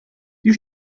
die